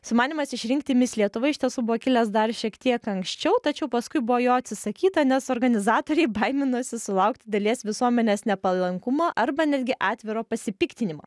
sumanymas išrinkti mis lietuva iš tiesų buvo kilęs dar šiek tiek anksčiau tačiau paskui buvo jo atsisakyta nes organizatoriai baiminosi sulaukti dalies visuomenės nepalankumo arba netgi atviro pasipiktinimo